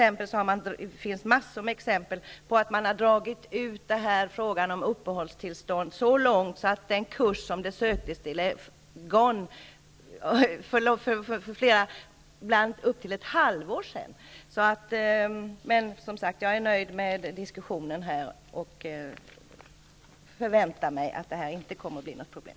Det finns exempel på att man har dragit ut på behandlingen av ansökan om uppehållstillstånd för studenter så länge, att den kurs som studenten sökte till avslutats för ett halvår sedan. Jag är nöjd med diskussionen och förväntar mig att detta inte kommer att bli något problem.